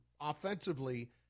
offensively